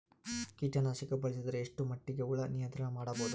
ಕೀಟನಾಶಕ ಬಳಸಿದರ ಎಷ್ಟ ಮಟ್ಟಿಗೆ ಹುಳ ನಿಯಂತ್ರಣ ಮಾಡಬಹುದು?